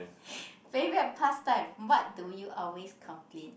favourite pastime what do you always complain